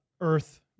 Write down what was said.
earth